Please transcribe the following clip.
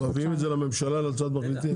מביאים את זה לממשלה להצעת מחליטים?